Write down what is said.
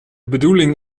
bedoeling